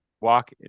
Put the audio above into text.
walk